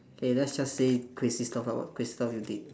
K let's just say crazy stuff ah what crazy stuff you did